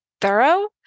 thorough